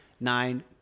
nine